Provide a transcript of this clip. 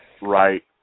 Right